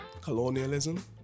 colonialism